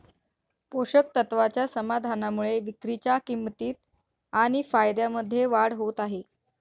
पोषक तत्वाच्या समाधानामुळे विक्रीच्या किंमतीत आणि फायद्यामध्ये वाढ होत आहे